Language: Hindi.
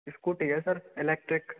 इस्कूटी है सर इलेक्ट्रिक